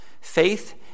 Faith